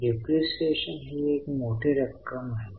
depreciation ही एक मोठी रक्कम आहे